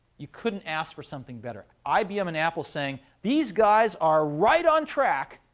you couldn't ask for something better. ibm and apple saying, these guys are right on track,